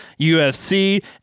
UFC